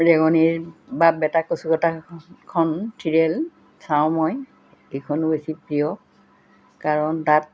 ৰেঙনিৰ বাপ বেটা কচু কটাখন ছিৰিয়েল চাওঁ মই এইখনো বেছি প্ৰিয় কাৰণ তাত